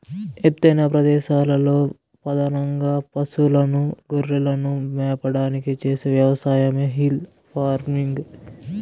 ఎత్తైన ప్రదేశాలలో పధానంగా పసులను, గొర్రెలను మేపడానికి చేసే వ్యవసాయమే హిల్ ఫార్మింగ్